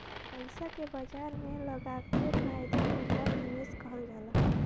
पइसा के बाजार में लगाके फायदा कमाएल निवेश कहल जाला